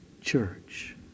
church